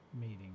meeting